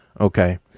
Okay